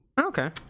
Okay